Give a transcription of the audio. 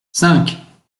cinq